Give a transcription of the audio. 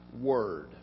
Word